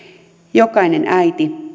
jokainen äiti